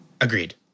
Agreed